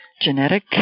genetic